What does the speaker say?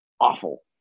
awful